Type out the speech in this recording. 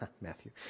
Matthew